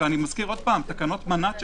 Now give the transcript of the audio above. ותקנות מנ"ת,